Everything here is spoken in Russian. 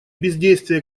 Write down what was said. бездействия